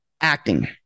acting